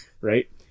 Right